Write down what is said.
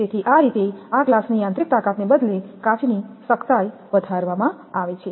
તેથી આ રીતે આ ગ્લાસની યાંત્રિક તાકાતને બદલે કાચની સખ્તાઇ વધારવામાં આવે છે